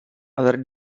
others